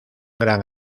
gran